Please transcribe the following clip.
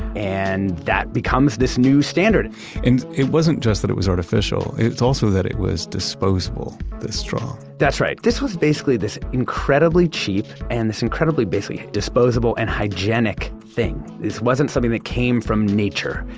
and that becomes this new standard and it wasn't just that it was artificial. it's also that it was disposable, this straw that's right. this was basically this incredibly cheap, and this incredibly basically disposable, and hygienic thing. it was wasn't something that came from nature.